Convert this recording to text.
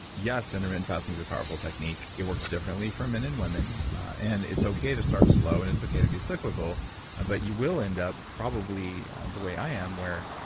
yes, intermittent fasting is a powerful technique. it works differently for men and women and it's okay to start slow and it's okay to be cyclical but you will end up, probably the way i am where,